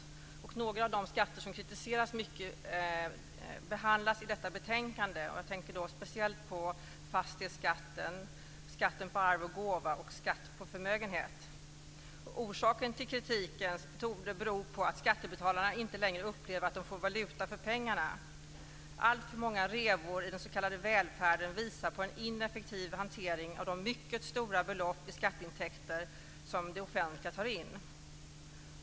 Några av de skatter som kritiseras mycket behandlas i detta betänkande. Jag tänker då speciellt på fastighetsskatten, skatten på arv och gåva och skatten på förmögenhet. Orsaken till kritiken torde vara att skattebetalarna inte längre upplever att de får valuta för pengarna. Alltför många revor i den s.k. välfärden visar på en ineffektiv hantering av de mycket stora belopp i skatteintäkter som det offentliga tar in.